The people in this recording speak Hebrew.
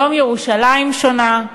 היום ירושלים שונה,